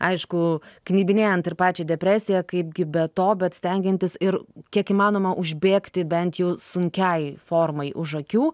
aišku knibinėjant ir pačią depresiją kaipgi be to bet stengiantis ir kiek įmanoma užbėgti bent jau sunkiai formai už akių